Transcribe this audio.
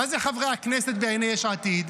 מה זה חברי הכנסת בעיניי יש עתיד?